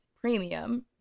Premium